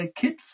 kids